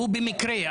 והוא במקרה,